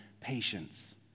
patience